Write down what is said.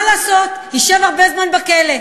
מה לעשות, ישב הרבה זמן בכלא,